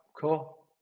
cool